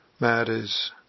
matters